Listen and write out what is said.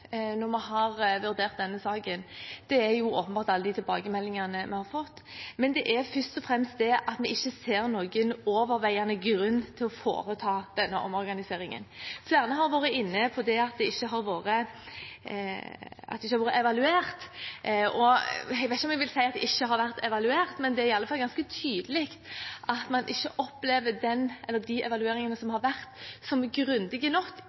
når vi har vurdert denne saken, er åpenbart også alle de tilbakemeldingene vi har fått, men først og fremst at vi ikke ser noen overveiende grunn til å foreta denne omorganiseringen. Flere har vært inne på at det ikke har vært evaluert. Jeg vet ikke om jeg vil si at det ikke har vært evaluert, men det er iallfall ganske tydelig at man ikke opplever de evalueringene som har vært, som grundige nok,